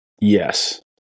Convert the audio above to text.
Yes